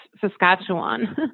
Saskatchewan